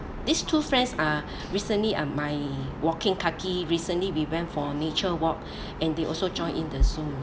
these two friends are recently are my walking kaki recently we went for nature walk and they also joined in the zoom